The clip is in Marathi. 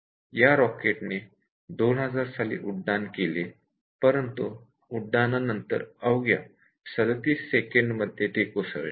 या रॉकेटने 2000 साली उड्डाण केले परंतु उड्डाणानंतर अवघ्या 37 सेकंड मध्ये कोसळले